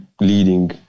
leading